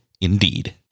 indeed